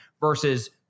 versus